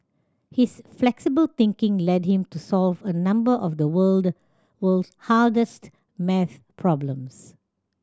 his flexible thinking led him to solve a number of the world world's hardest maths problems